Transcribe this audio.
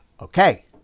Okay